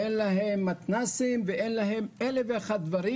אין להם מתנ"סים ואין להם 1,001 דברים.